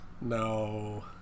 No